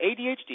ADHD